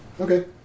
okay